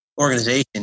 organization